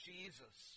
Jesus